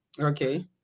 okay